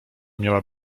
miała